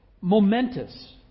momentous